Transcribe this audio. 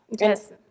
Yes